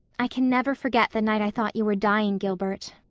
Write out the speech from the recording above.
i can never forget the night i thought you were dying, gilbert.